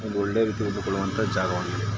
ಒಂದು ಒಳ್ಳೆ ರೀತಿಯಲ್ಲಿ ಹೊಂದಿಕೊಳ್ಳುವಂಥ ಜಾಗವಾಗಿದೆ